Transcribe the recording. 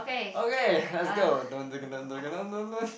okay let's go